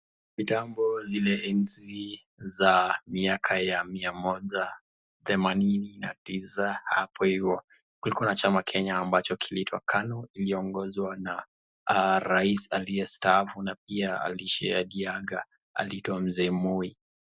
Mitambo za zile enzi za miaka ya mia moja themanini na tisa hapo ivo, kulikua na chama Kenya ambacho kiliitwa Kanu iliyo ongozwa na Rais aliye staafu na pia aliishaaga anaitwa mzee Moi.